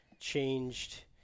changed